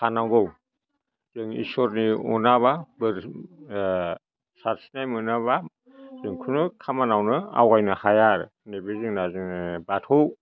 थानांगौ जों ईस्वरनि अनाबा बोर सारस्रिनाय मोनाबा जों खुनु खामानावनो आवगायनो हाया आरो नैबे जोंना जोङो बाथौ